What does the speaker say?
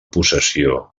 possessió